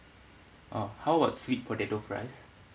oh how about sweet potato fries